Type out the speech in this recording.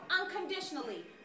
unconditionally